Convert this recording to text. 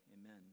Amen